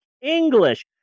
English